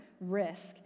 risk